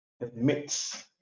admits